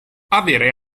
avere